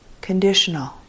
conditional